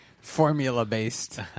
Formula-based